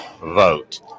vote